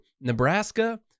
Nebraska